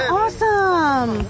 awesome